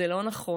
זה לא נכון,